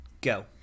go